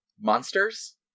monsters